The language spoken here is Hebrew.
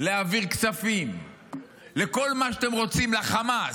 להעביר כספים לכל מה שאתם רוצים לחמאס.